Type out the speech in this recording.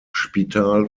spital